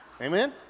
Amen